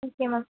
okay ma'am